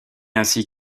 ainsi